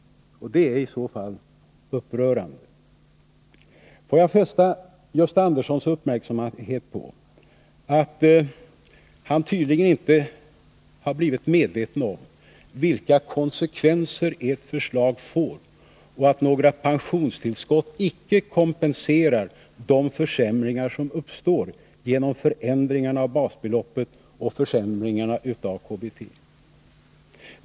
Det är i så fall upprörande. Får jag fästa Gösta Anderssons uppmärksamhet på att han tydligen inte blivit medveten om vilka konsekvenser regeringens förslag får. Några pensionstillskott kompenserar icke de försämringar som uppstår genom förändringarna av basbeloppet och försämringarna av KBT.